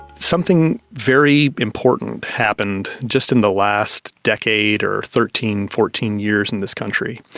something very important happened just in the last decade or thirteen, fourteen years in this country.